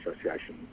Association